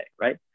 right